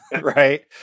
Right